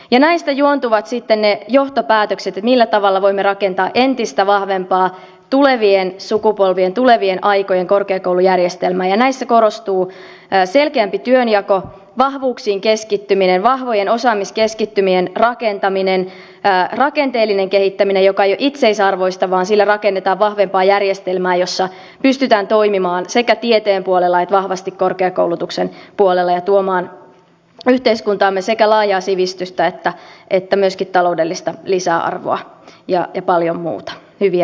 näistä juontuvat sitten ne johtopäätökset millä tavalla voimme rakentaa entistä vahvempaa tulevien sukupolvien tulevien aikojen korkeakoulujärjestelmää ja näissä korostuu selkeämpi työnjako vahvuuksiin keskittyminen vahvojen osaamiskeskittymien rakentaminen rakenteellinen kehittäminen joka ei ole itseisarvoista vaan sille rakennetaan vahvempaa järjestelmää jossa pystytään toimimaan sekä tieteen puolella että vahvasti korkeakoulutuksen puolella ja tuomaan yhteiskuntaamme sekä laajaa sivistystä että myöskin taloudellista lisäarvoa ja paljon muuta hyviä ideoita